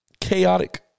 chaotic